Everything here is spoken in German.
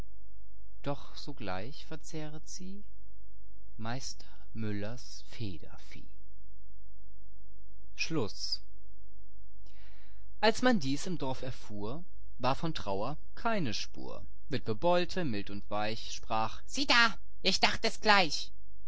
doch sogleich verzehret sie illustration vom federvieh meister müllers federvieh schluss als man dies im dorf erfuhr war von trauer keine spur witwe bolte mild und weich sprach sieh da ich dacht es gleich